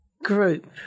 group